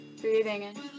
breathing